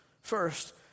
first